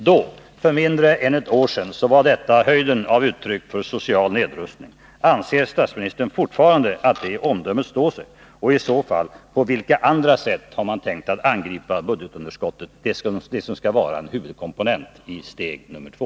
Då — för mindre än ett år sedan — var detta uttryck för höjden av social nedrustning. Anser statsministern fortfarande att det omdömet står sig, och i så fall, på vilka andra sätt har man tänkt att angripa budgetunderskottet, något som skall vara en huvudkomponent i steg nr 2?